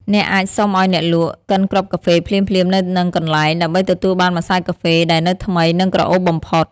អ្នកអាចសុំឱ្យអ្នកលក់កិនគ្រាប់កាហ្វេភ្លាមៗនៅនឹងកន្លែង ដើម្បីទទួលបានម្សៅកាហ្វេដែលនៅថ្មី និងក្រអូបបំផុត។